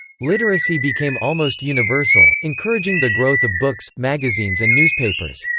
literacy became almost universal, encouraging the growth of books, magazines and newspapers.